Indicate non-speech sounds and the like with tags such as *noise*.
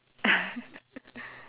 *laughs*